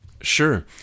Sure